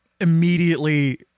immediately